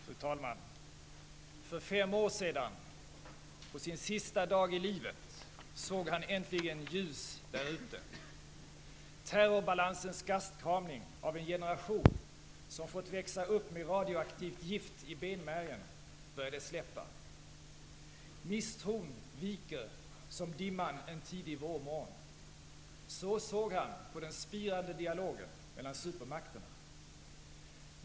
Fru talman! För fem år sedan, på sin sista dag i livet, såg han äntligen ljus därute. Terrorbalansens gastkramning av en generation som fått växa upp med radioaktivt gift i benmärgen började släppa. ''Misstron viker som dimman en tidig vårmorgon.'' Så såg han på den spirande dialogen mellan supermakterna.